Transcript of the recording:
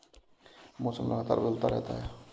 मौसम लगातार बदलता रहता है